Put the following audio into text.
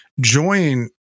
join